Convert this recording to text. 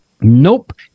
Nope